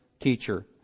teacher